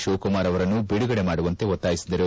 ಶಿವಕುಮಾರ್ ಅವರನ್ನು ಬಂಧನದಿಂದ ಬಿಡುಗಡೆ ಮಾಡುವಂತೆ ಒತ್ತಾಯಿಸಿದರು